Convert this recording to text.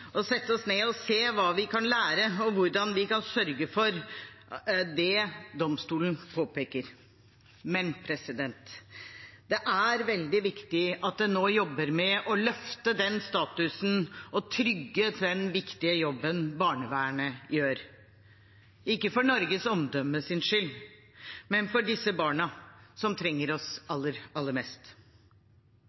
sette oss ned og se hva vi kan lære av, og hvordan vi kan sørge for det domstolen påpeker. Men det er veldig viktig at en nå jobber med å løfte statusen og trygge den viktige jobben barnevernet gjør – ikke for Norges omdømmes skyld, men for disse barna som trenger oss aller, aller mest.